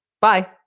Bye